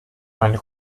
meine